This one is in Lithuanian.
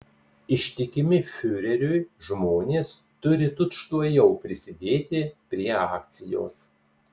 ištikimi fiureriui žmonės turi tučtuojau prisidėti prie akcijos